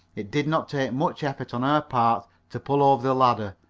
it did not take much effort on her part to pull over the ladder,